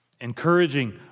Encouraging